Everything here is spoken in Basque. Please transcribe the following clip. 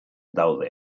daude